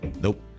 Nope